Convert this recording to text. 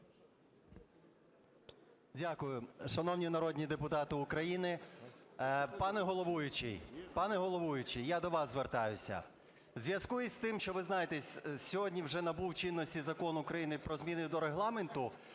Дякую. Шановні народні депутати України! Пане головуючий… Пане головуючий, я до вас звертаюсь. В зв'язку з тим, що, ви знаєте, сьогодні вже набув чинності Закон України про зміни до Регламенту,